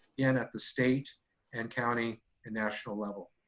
again, at the state and county and national level.